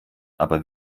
aber